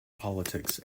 politics